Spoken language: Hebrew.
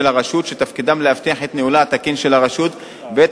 הרשות שתפקידם להבטיח את ניהולה התקין של הרשות ואת